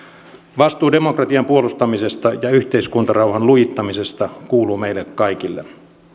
vastuu demokratian puolustamisesta ja yhteiskuntarauhan lujittamisesta kuuluu meille kaikille